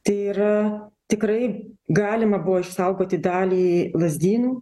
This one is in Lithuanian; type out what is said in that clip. tai yra tikrai galima buvo išsaugoti dalį lazdynų